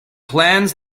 plans